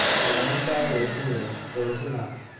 when i am far away from you. there is a knock!